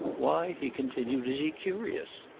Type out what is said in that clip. why, he continued, is he curious?